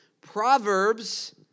Proverbs